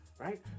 right